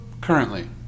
Currently